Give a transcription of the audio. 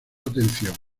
atención